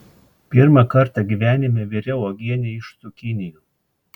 pirmą kartą gyvenime viriau uogienę iš cukinijų